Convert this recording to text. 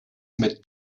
mit